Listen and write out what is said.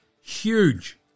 Huge